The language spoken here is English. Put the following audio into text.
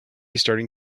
starting